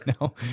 no